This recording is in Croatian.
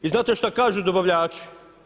I znate šta kažu dobavljači?